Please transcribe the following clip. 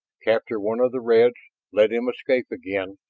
capture one of the reds, let him escape again,